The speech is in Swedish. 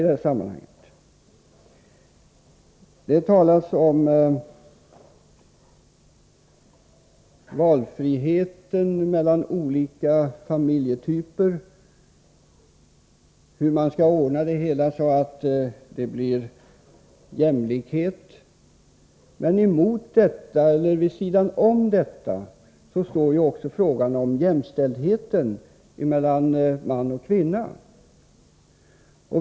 Det talas om valfriheten mellan olika familjetyper och om hur man skall ordna det hela så att det blir jämlikhet. Men vid sidan av detta står frågan om jämställdheten mellan man och kvinna.